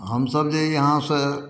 हम सभ जे इहाँसँ